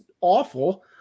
awful